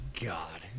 God